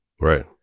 Right